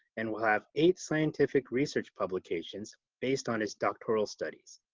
and will have eight scientific research publications based on his doctoral studies.